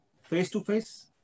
face-to-face